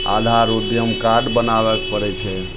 आधार उद्यम कार्ड बनाबै पड़ै छै